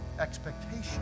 expectation